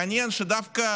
מעניין שדווקא